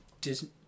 Disney